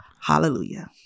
Hallelujah